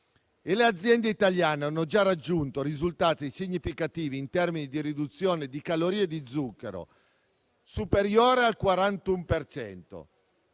le aziende italiane hanno già raggiunto risultati significativi in termini di riduzione di calorie e di zucchero, superiori al 41